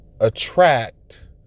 attract